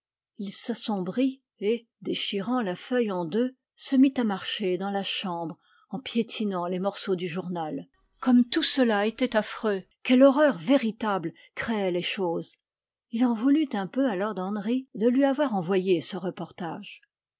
il s'assombrit et déchirant la feuille en deux se mit à marcher dans la chambre en piétinant les morceaux du journal comme tout cela était affreux quelle horreur véritable créaient les choses il en voulut un peu à lord henry de lui avoir envoyé ce reportage